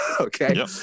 Okay